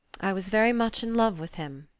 i was very much in love with him.